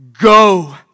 Go